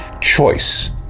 Choice